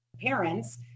parents